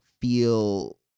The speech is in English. feel